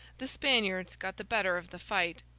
the spaniards got the better of the fight.